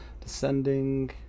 Descending